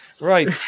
right